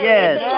Yes